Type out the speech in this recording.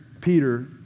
Peter